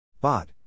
Bot